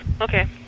Okay